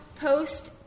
post –